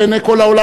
ועיני כל העולם